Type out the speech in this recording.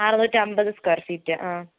അറുനൂറ്റൻപത് square feet ആ